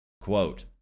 Quote